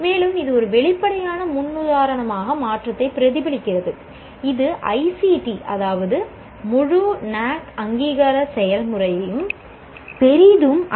மேலும் இது ஒரு வெளிப்படையான முன்னுதாரண மாற்றத்தை பிரதிபலிக்கிறது இது ஐ